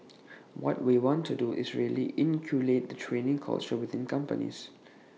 what we want to do is really inculcate the training culture within companies